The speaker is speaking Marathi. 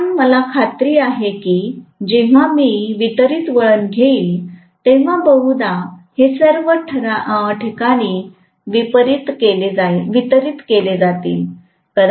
पण मला खात्री आहे की जेव्हा मी वितरित वळण घेईन तेव्हा बहुधा हे सर्व ठिकाणी वितरीत केले जाईल